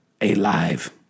alive